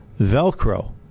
Velcro